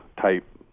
type